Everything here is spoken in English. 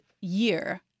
year